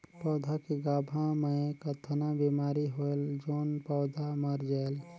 पौधा के गाभा मै कतना बिमारी होयल जोन पौधा मर जायेल?